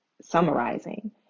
summarizing